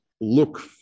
look